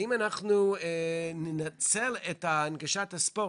אם אנחנו ננצל את הנגשת הספורט,